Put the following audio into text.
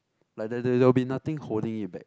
like there there there'll be nothing holding it back